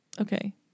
Okay